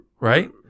Right